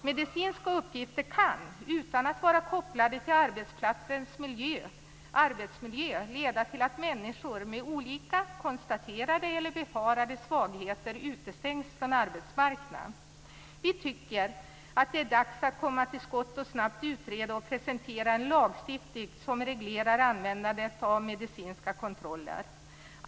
Medicinska uppgifter kan, utan att vara kopplade till arbetsplatsens arbetsmiljö, leda till att människor med olika - konstaterade eller befarade - svagheter utestängs från arbetsmarknaden. Vi tycker att det är dags att komma till skott och snabbt utreda och presentera en lagstiftning som reglerar användandet av medicinska kontroller.